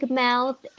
mouth